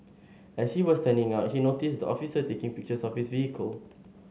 as he was turning out he noticed the officer taking pictures of his vehicle